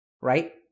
Right